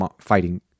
fighting